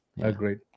Agreed